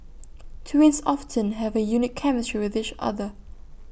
twins often have A unique chemistry with each other